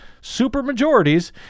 supermajorities